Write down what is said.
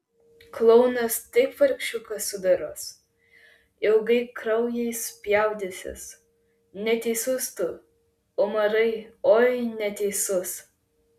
klounas taip vargšiuką sudoros ilgai kraujais spjaudysis neteisus tu umarai oi neteisus